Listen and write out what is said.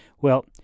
Well